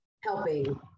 helping